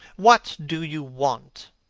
what do you want?